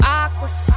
aquas